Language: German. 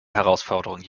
herausforderung